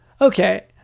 Okay